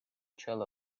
trail